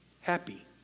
happy